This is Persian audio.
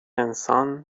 انسان